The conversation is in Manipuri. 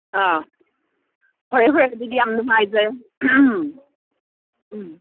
ꯐꯔꯦ ꯐꯔꯦ ꯑꯗꯨꯗꯤ ꯌꯥꯝ ꯅꯨꯡꯉꯥꯏꯖꯔꯦ ꯎꯝ